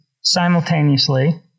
simultaneously